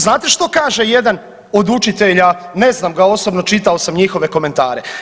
Znate što kaže jedan od učitelja, ne znam ga osobno, čitao sam njihove komentare.